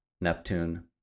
Neptune